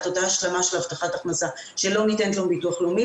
את אותה השלמה של הבטחת הכנסה שלא ניתנת לו מביטוח לאומי.